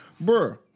bro